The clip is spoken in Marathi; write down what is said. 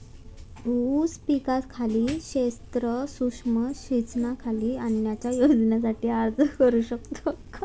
ऊस पिकाखालील क्षेत्र सूक्ष्म सिंचनाखाली आणण्याच्या योजनेसाठी अर्ज करू शकतो का?